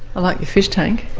i like your fish tank.